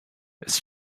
it’s